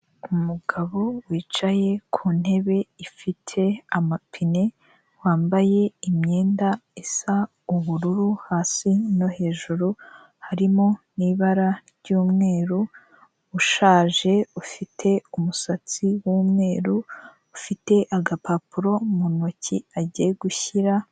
Umugabo wicaye ku ntebe ifite amapine, wambaye imyenda isa ubururu hasi no hejuru harimo n'ibara ry'umweru, ushaje ufite umusatsi w'umweru ufite agapapuro mu ntoki agiye gushyira...